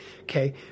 Okay